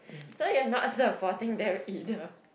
so you are not supporting them either